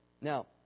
Now